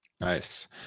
nice